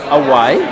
away